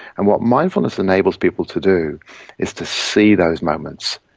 and what mindfulness enables people to do is to see those moments,